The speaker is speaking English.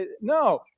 No